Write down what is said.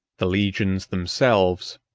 the legions themselves,